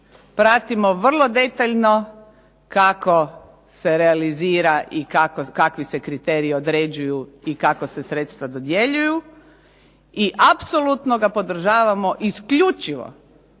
pratimo vrlo detaljno kako se realizira i kakvi se kriteriji određuju i kako se sredstva dodjeljuju i apsolutno ga podržavamo isključivo